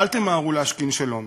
ואל תמהרו להשכין שלום.